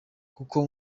kuko